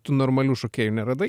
tu normalių šokėjų neradai